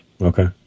okay